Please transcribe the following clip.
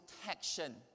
protection